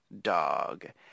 Dog